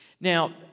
Now